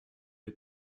les